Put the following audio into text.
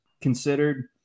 considered